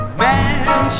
man